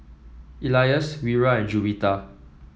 Elyas Wira and Juwita